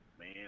Man